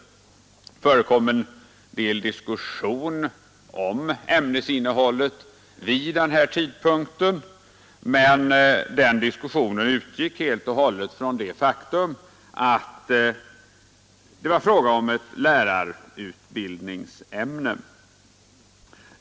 Det förekom en del diskussion om ämnesinnehållet vid den tidpunkten, men denna diskussion utgick helt och hållet från det faktum att det var fråga om ett lärarutbildningsämne.